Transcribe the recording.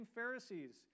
Pharisees